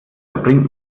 verbringt